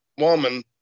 woman